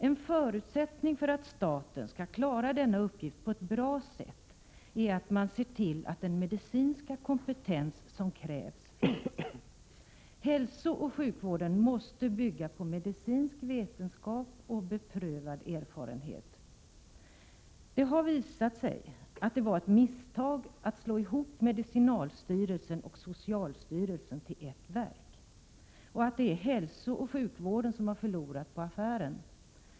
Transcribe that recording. En förutsättning för att staten skall klara denna uppgift på ett bra sätt är att vi ser till att den medicinska kompetens som krävs finns. Hälsooch sjukvården måste bygga på medicinsk vetenskap och beprövad erfarenhet. Det har visat sig att det var ett misstag att slå ihop medicinalstyrelsen och socialstyrelsen till ett verk, och att det är hälsooch sjukvården som har förlorat på affären.